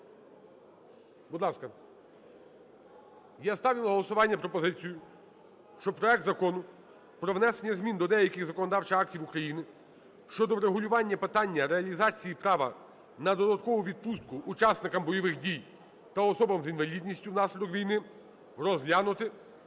Будь ласка, я ставлю на голосування пропозицію, що проект Закону про внесення змін до деяких законодавчих актів України щодо врегулювання питання реалізації права на додаткову відпустку учасникам бойових дій та особам з інвалідністю внаслідок війни розглянути